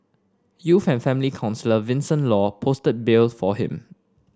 youth and family counsellor Vincent Law posted bail for him